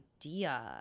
idea